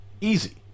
Easy